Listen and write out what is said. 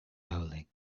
howling